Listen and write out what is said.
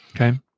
Okay